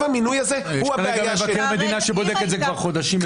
יש כרגע מבקר מדינה שבודק את זה כבר חודשים.